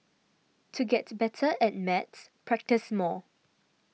to get better at maths practise more